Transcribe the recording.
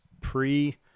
pre-